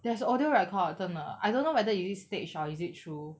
there's a audio record 真的 I don't know whether is it staged or is it true